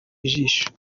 ijisho